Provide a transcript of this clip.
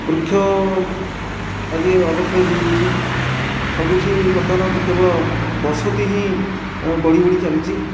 ବୃକ୍ଷ ଆଜି ଅବକ୍ଷୟ ହୋଇଯାଇଛି ସବୁଠି ବର୍ତ୍ତମାନ କେବଳ ବସତି ହିଁ ବଢ଼ି ବଢ଼ି ଚାଲିଛି